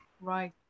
Right